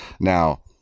now